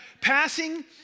passing